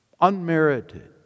unmerited